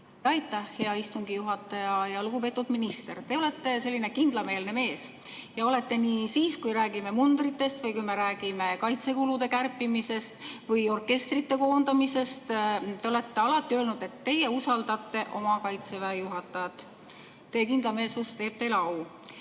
Aitäh, hea istungi juhataja! Lugupeetud minister! Te olete selline kindlameelne mees. Olete seda siis, kui me räägime mundritest, ja ka siis, kui me räägime kaitsekulude kärpimisest või orkestrite koondamisest. Te olete alati öelnud, et te usaldate Kaitseväe juhatajat. Teie kindlameelsus teeb teile au.